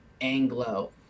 anglo